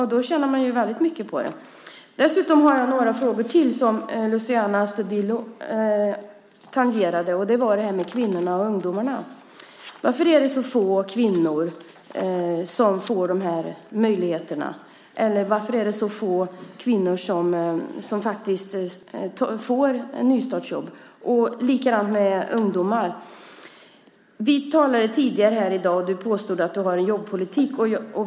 Då tjänar man mycket på det. Jag har ytterligare några frågor som Luciano Astudillo tangerade. De gäller kvinnorna och ungdomarna. Varför är det så få kvinnor som får dessa möjligheter? Varför är det så få kvinnor som faktiskt får nystartsjobb? Det är likadant för ungdomar. Du påstod tidigare i dag att du har en jobbpolitik.